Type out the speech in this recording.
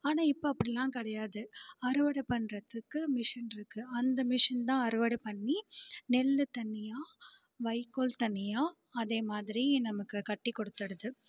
ஆனால் இப்போ அப்படிலாம் கிடையாது அறுவடை பண்ணுறதுக்கு மிஷின் இருக்குது அந்த மிஷின் தான் அறுவடை பண்ணி நெல் தனியாக வைக்கோல் தனியாக அதே மாதிரி நமக்கு கட்டி கொடுத்துவிடுது